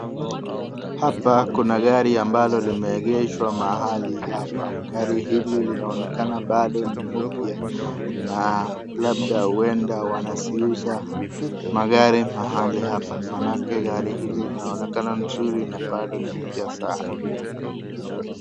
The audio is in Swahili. Hapa kuna gari ambalo limeegeshwa mahali hapa. Gari hili linaonekana bado ni mpya na labda huenda wanaziuza magari mahali hapa maanake gari hili linaonekana nzuri na bado ni mpya sana.